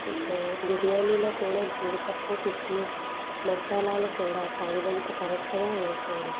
బిర్యానీలో కూడా జీడిపప్పు కిస్మిస్ మసాలాలు కూడా తగినంత కరెక్టుగా వేసారు